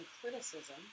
criticism